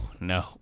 no